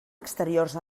exteriors